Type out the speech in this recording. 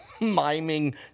miming